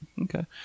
Okay